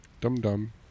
dum-dum